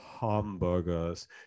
hamburgers